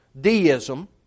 deism